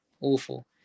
Awful